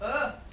ugh